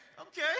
okay